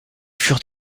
furent